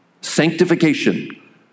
sanctification